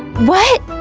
what?